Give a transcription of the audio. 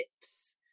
tips